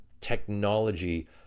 technology